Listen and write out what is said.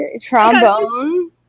Trombone